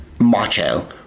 macho